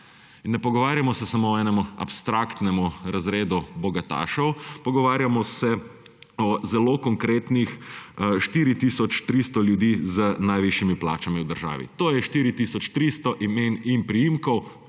Ne pogovarjamo se samo o enem abstraktnem razredu bogatašev, pogovarjamo se o zelo konkretnih 4 tisoč 300 ljudeh z najvišjimi plačami v državi. To je 4 tisoč 300 imen in priimkov